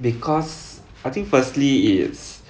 because I think firstly its